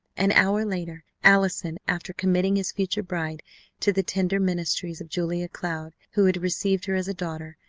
an hour later allison, after committing his future bride to the tender ministries of julia cloud, who had received her as a daughter,